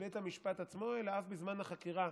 בית המשפט עצמו אלא אף לזמן החקירה.